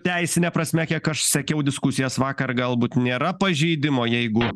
teisine prasme kiek aš sekiau diskusijas vakar galbūt nėra pažeidimo jeigu